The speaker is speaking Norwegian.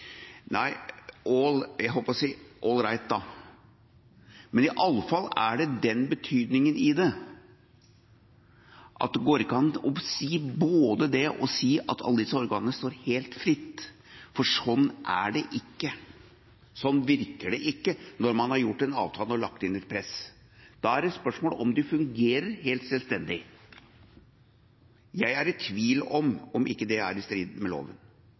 Nei – jeg holdt på å si – all right da, men iallfall er det den betydningen i det at det går ikke an både å si det og å si at alle disse organene står helt fritt, for slik er det ikke. Slik virker det ikke når man har gjort en avtale og lagt inn et press. Da er det spørsmål om de fungerer helt selvstendig. Jeg er i tvil om om ikke det er i strid med loven.